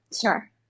Sure